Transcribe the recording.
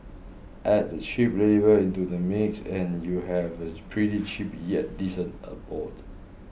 add the cheap labour into the mix and you'd have a pretty cheap yet decent abode